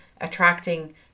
attracting